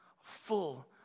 full